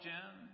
Jim